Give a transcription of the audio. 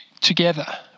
together